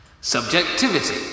Subjectivity